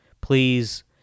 Please